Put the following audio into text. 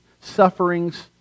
sufferings